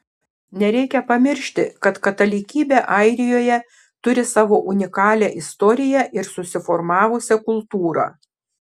nereikia pamiršti kad katalikybė airijoje turi savo unikalią istoriją ir susiformavusią kultūrą